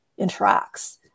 interacts